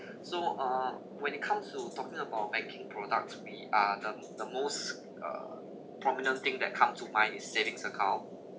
so uh when it comes to talking about banking products we are the the most uh prominent thing that come to mind is savings account